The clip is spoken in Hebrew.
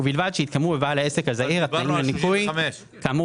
ובלבד שהתקיימו בבעל העסק הזעיר התנאים לניכוי כאמור